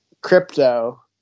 Crypto